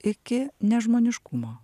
iki nežmoniškumo